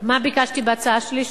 מה ביקשתי בהצעה שלי?